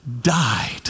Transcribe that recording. died